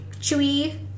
chewy